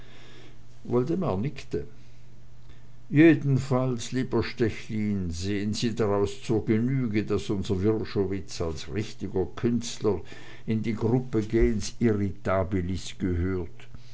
woldemar nickte jedenfalls lieber stechlin ersehen sie daraus zur genüge daß unser wrschowitz als richtiger künstler in die gruppe gens irritabilis gehört